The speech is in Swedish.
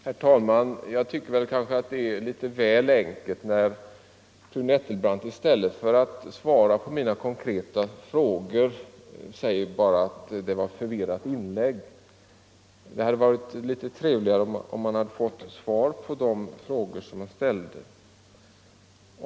Herr talman! Jag tycker det är litet väl enkelt när fru Nettelbrandt i stället för att svara på mina konkreta frågor bara säger att mitt inlägg var förvirrat. Det hade varit bättre om hon lämnat svar på de frågor som jag ställde.